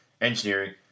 engineering